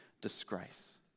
disgrace